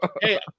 Hey